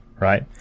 right